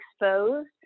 exposed